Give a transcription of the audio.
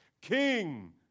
king